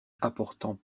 apportant